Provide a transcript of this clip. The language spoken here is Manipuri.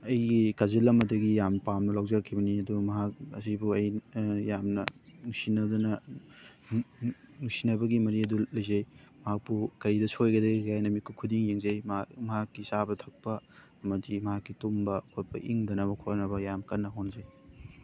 ꯑꯩꯒꯤ ꯀꯖꯤꯜ ꯑꯃꯗꯒꯤ ꯌꯥꯝ ꯄꯥꯝꯅ ꯂꯧꯖꯔꯛꯈꯤꯕꯅꯤ ꯑꯗꯨꯕꯨ ꯃꯍꯥꯛ ꯑꯁꯤꯕꯨ ꯑꯩ ꯌꯥꯝꯅ ꯅꯨꯡꯁꯤꯅꯗꯨꯅ ꯅꯨꯡꯁꯤꯅꯕꯒꯤ ꯃꯔꯤ ꯑꯗꯨ ꯂꯩꯖꯩ ꯃꯍꯥꯛꯄꯨ ꯀꯔꯤꯗ ꯁꯣꯏꯈꯤꯒꯗꯒꯦ ꯍꯥꯏꯅ ꯃꯤꯀꯨꯞ ꯈꯨꯗꯤꯡꯒꯤ ꯌꯦꯡꯖꯩ ꯃꯍꯥꯛ ꯃꯍꯥꯛꯀꯤ ꯆꯥꯕ ꯊꯛꯄ ꯑꯃꯗꯤ ꯃꯍꯥꯛꯀꯤ ꯇꯨꯝꯕ ꯈꯣꯠꯄ ꯏꯪꯗꯅꯕ ꯈꯣꯠꯅꯕ ꯌꯥꯝ ꯀꯟꯅ ꯍꯣꯠꯅꯖꯩ